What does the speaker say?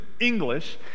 English